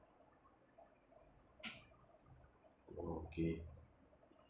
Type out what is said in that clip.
oh okay